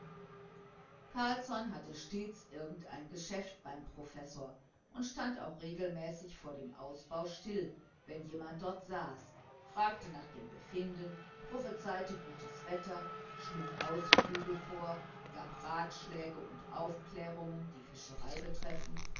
carlsson hatte stets irgendein geschäft beim professor und stand auch regelmäßig vor dem ausbau still wenn jemand dort saß fragte nach dem befinden prophezeite gutes wetter schlug ausflüge vor gab ratschläge und aufklärungen die fischerei betreffend